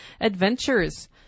adventures